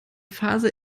phase